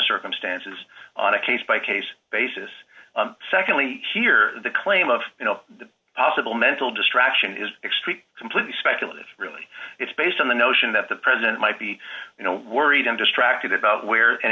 circumstances on a case by case basis secondly here the claim of the possible mental distraction is extremely completely speculative really it's based on the notion that the president might be you know worried i'm distracted about where an